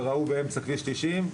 ורעו באמצע כביש 90,